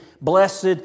Blessed